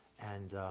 and,